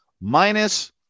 Minus